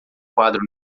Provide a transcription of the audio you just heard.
quadro